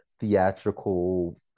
theatrical